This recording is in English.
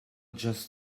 just